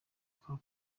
kwa